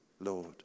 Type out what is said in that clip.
Lord